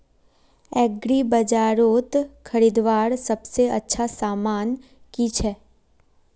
एग्रीबाजारोत खरीदवार सबसे अच्छा सामान की छे?